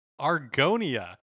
Argonia